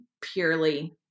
purely